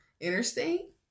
Interstate